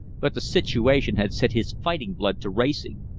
but the situation had set his fighting blood to racing.